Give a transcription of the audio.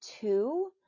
two